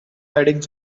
heading